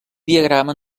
diagrama